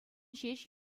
ҫеҫ